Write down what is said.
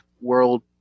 world